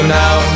now